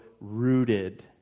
rooted